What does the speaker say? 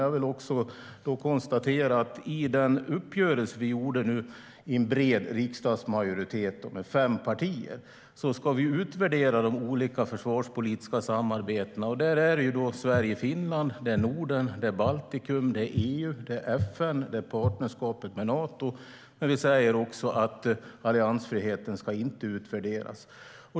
Jag kan också konstatera att vi i den uppgörelse som vi gjorde nu, med bred riksdagsmajoritet med fem partier, ska utvärdera de olika försvarspolitiska samarbetena. Det är Sverige-Finland, det är Norden, det är Baltikum, det är EU, det är FN och det är partnerskapet med Nato. Men vi säger också att alliansfriheten inte ska utvärderas.